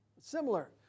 similar